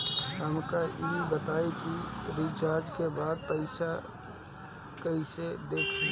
हमका ई बताई कि रिचार्ज के बाद पइसा कईसे देखी?